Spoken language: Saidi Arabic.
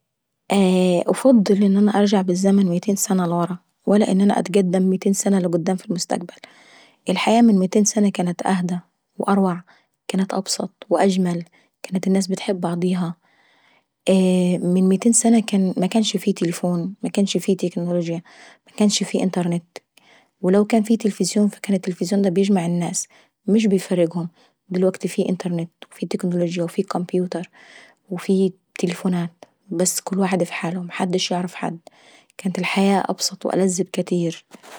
افضل ان انا ارجع بالزمن متين سنة لورا ولا اني اتقدم بالزمن متين سنة. الحياة من متين سنة كان أروع وابسط واهدى واجمل، كانت الناس بتحب بعضيها. اييه من متين سنة مكنش في تليفونولا كان في توكنولوجيا ولا كان في انترنت، ولو كان في تلفزيون فكان التلفزيون دا بيجمع الناس مش بيفرجهم. دلوكتي في انترنت وفي تكنلووجيا وفي كومبيوتر وفي تليفونات بس كل واحد اف حاله ومحدش بيعرف حد. كانت الحياة ابسط واجمل بكاتير.